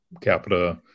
capita